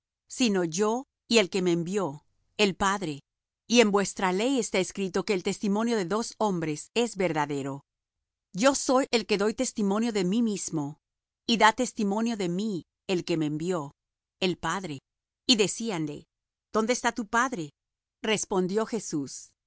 sino yo y el que me envió el padre y en vuestra ley está escrito que el testimonio de dos hombres es verdadero yo soy el que doy testimonio de mí mismo y da testimonio de mí el que me envió el padre y decíanle dónde está tu padre respondió jesús